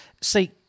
See